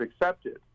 accepted